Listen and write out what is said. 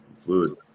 Fluid